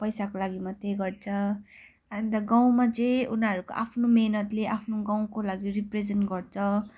पैसाको लागि मात्रै गर्छ अन्त गाउँमा चाहिँ उनीहरूको आफ्नो मेहनतले आफ्नो गाउँको लागि रिप्रेजेन्ट गर्छ